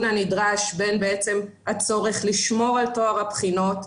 הנדרש בין הצורך לשמור על טוהר הבחינות,